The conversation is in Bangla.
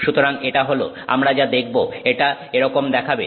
সুতরাং এটা হল আমরা যা দেখবো এটা এরকম দেখাবে